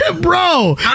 Bro